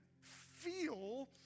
feel